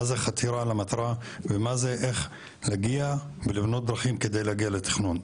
מה זה חתירה למטרה ואיך להגיע ולבנות דרכים כדי להגיע לתכנון.